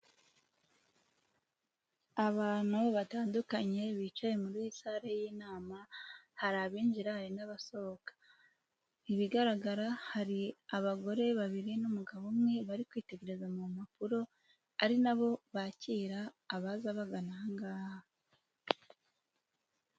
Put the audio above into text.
Abantu batandukanye bicaye muri sare y'inama, hari abinjira hari n'abasohoka, ibigaragara hari abagore babiri n'umugabo umwe bari kwitegereza mu mpapuro, ari nabo bakira abaza baganagaha.